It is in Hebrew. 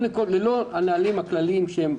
ללא הנהלים הכלליים,